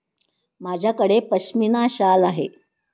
माझ्याकडे पश्मीना शाल आहे